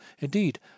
Indeed